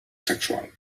sexual